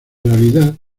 realidad